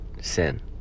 sin